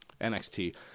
NXT